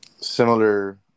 similar